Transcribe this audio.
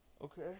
Okay